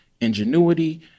ingenuity